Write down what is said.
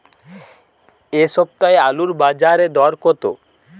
এ সপ্তাহে আলুর বাজারে দর কত?